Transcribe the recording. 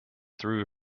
threw